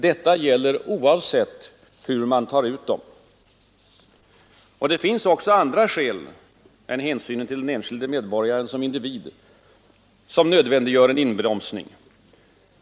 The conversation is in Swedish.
Detta gäller oavsett hur man tar ut dem.” Det finns också andra skäl än hänsynen till den enskilde medborgaren som individ som nödvändiggör en inbromsning.